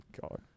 God